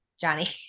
Johnny